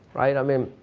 right? i mean